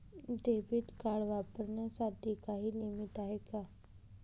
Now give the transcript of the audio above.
Debit card वापरण्यासाठी काही limit आहे का?